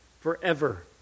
forever